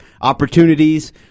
opportunities